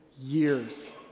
years